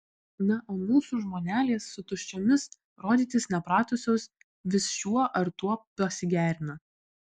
na o mūsų žmonelės su tuščiomis rodytis nepratusios vis šiuo ar tuo pasigerina